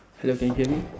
hello can you hear me